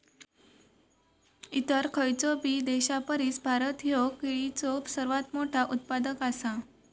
इतर खयचोबी देशापरिस भारत ह्यो केळीचो सर्वात मोठा उत्पादक आसा